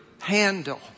handle